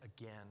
again